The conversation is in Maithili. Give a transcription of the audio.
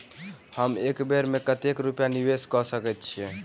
हम एक बेर मे कतेक रूपया निवेश कऽ सकैत छीयै?